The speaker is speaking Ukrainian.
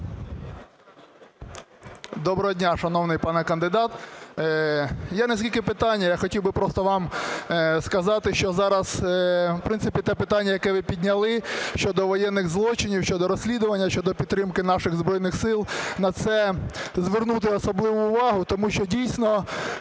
Доброго дня, шановний пане кандидат. Є не стільки питання, я хотів би просто вам сказати, що зараз, в принципі, те питання, яке ви підняли, щодо воєнних злочинів, щодо розслідування, щодо підтримки наших Збройних Сил, на це звернути особливу увагу. Тому що дійсно,